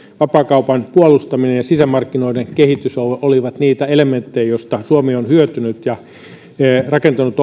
vapaakaupan puolustaminen ja sisämarkkinoiden kehitys olivat niitä elementtejä joista suomi on hyötynyt ja rakentanut